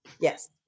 Yes